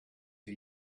him